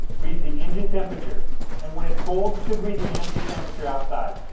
reads the engine temperature and when it's cold, should read the ambient temperature outside.